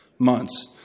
months